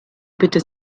bitte